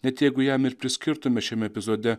net jeigu jam ir priskirtume šiame epizode